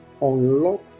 unlock